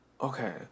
Okay